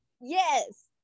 yes